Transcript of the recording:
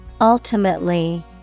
Ultimately